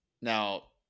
now